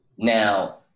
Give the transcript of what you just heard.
Now